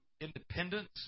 independence